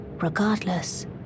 regardless